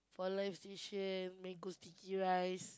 for live station mango sticky rice